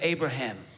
Abraham